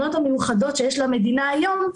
ההגנות המיוחדות שיש למדינה היום,